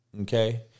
okay